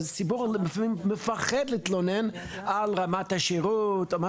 הציבור לפעמים מפחד להתלונן על רמת השירות או מה